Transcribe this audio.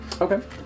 Okay